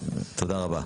תודה רבה.